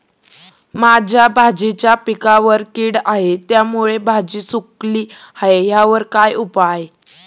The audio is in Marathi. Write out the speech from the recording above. माझ्या भाजीच्या पिकावर कीड आहे त्यामुळे भाजी सुकली आहे यावर काय उपाय?